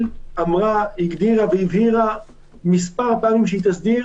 הגדירה והבהירה מספר פעמים שהיא תסדיר